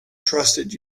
trusted